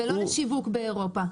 ולא לשיווק באירופה.